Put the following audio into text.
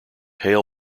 hail